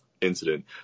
incident